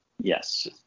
Yes